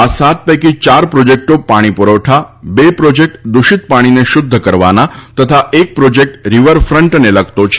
આ સાત પૈકી યાર પ્રોજેક્ટો પાણી પૂરવઠા બે પ્રોજેક્ટ દૂષિત પાણીને શુધ્ધ કરવાના તથા એક પ્રોજેક્ટ રિવરફ્ટને લગતો છે